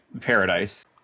paradise